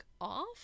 off